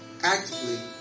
actively